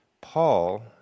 Paul